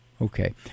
Okay